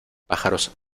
pájaros